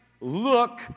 look